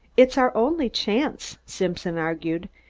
it's our only chance, simpson argued,